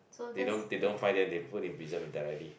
they don't they don't fine them they put them in prison directly